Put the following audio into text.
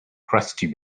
crusty